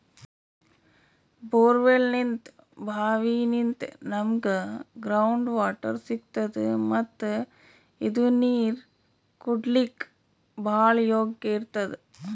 ಬೋರ್ವೆಲ್ನಿಂತ್ ಭಾವಿನಿಂತ್ ನಮ್ಗ್ ground water ಸಿಗ್ತದ ಮತ್ತ್ ಇದು ನೀರ್ ಕುಡ್ಲಿಕ್ಕ್ ಭಾಳ್ ಯೋಗ್ಯ್ ಇರ್ತದ್